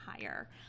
higher